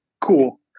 cool